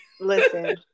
Listen